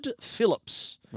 Phillips